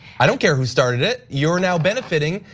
i don't care who started it. you're now benefiting.